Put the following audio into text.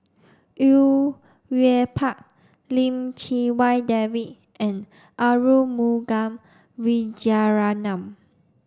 Au Yue Pak Lim Chee Wai David and Arumugam Vijiaratnam